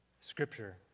Scripture